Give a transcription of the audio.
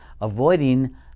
avoiding